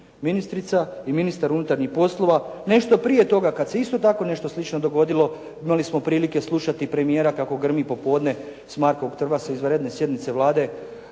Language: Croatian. ministrica i ministar unutarnjih poslova. Nešto prije toga, kad se isto tako i nešto slično dogodilo, imali smo prilike slušati premijera kako grmi popodne s Markovog trga, s izvanredne sjednice Vlade